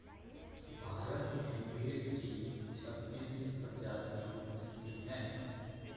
भारत में भेड़ की छब्बीस प्रजाति मिलती है